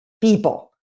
people